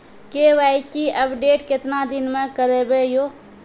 KYC update केतना दिन मे करेबे यो?